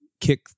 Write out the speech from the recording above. kick